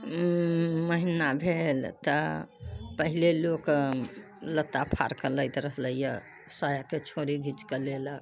महिना भेल तऽ पहिले लोक लत्ता फाड़के लैत रहलैय सायाके छोड़ी घीचके लेलक